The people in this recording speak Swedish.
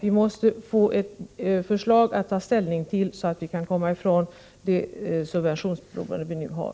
Vi måste få ett förslag att ta ställning till, så att vi kan komma ifrån det subventionsberoende vi nu har.